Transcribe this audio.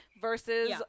versus